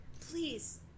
Please